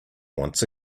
once